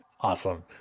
Awesome